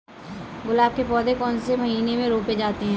गुलाब के पौधे कौन से महीने में रोपे जाते हैं?